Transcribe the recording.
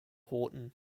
horton